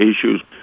issues